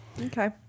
Okay